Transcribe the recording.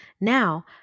Now